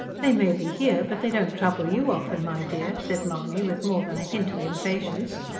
they may be here, but they don't trouble you often, my dear, said mahony, with more than a hint of impatience.